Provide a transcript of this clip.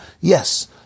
Yes